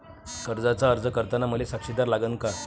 कर्जाचा अर्ज करताना मले साक्षीदार लागन का?